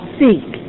seek